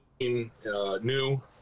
new